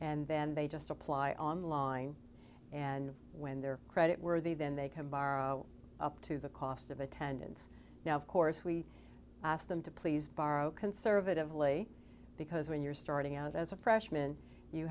and then they just apply online and when their credit worthy then they can borrow up to the cost of attendance now of course we asked them to please borrow conservatively because when you're starting out as a freshman you